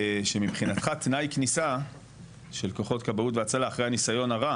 שמבחינתך תנאי כניסה של כוחות כבאות והצלה אחרי הניסיון הרע